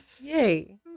Yay